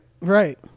right